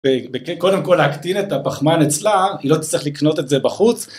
וקודם כל להקטין את הפחמן אצלה, היא לא צריכה לקנות את זה בחוץ